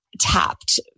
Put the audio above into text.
tapped